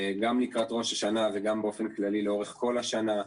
גם לקראת ראש השנה וגם באופן כללי לאורך כל השנה.